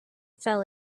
fell